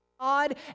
God